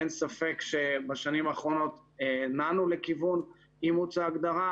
אין ספק שבשנים האחרונות נענו לכיוון אימוץ ההגדרה,